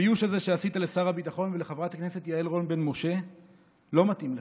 הביוש הזה שעשית לשר הביטחון ולחברת הכנסת יעל רון בן משה לא מתאים לך.